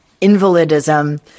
invalidism